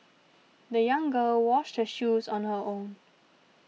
the young girl washed her shoes on her own